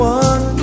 one